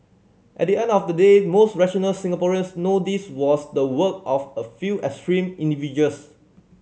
at the end of the day most rational Singaporeans know this was the work of a few extreme individuals